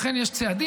לכן יש צעדים,